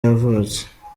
yavutse